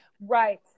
right